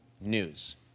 news